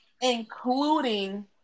Including